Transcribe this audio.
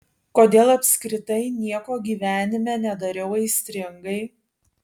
kodėl apskritai nieko gyvenime nedariau aistringai